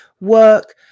work